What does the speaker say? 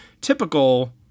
typical